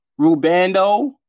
Rubando